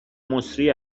مسری